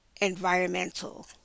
Environmental